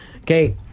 okay